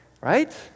right